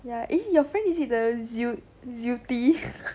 ya eh your friend is the the zeal zeal tee